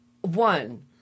One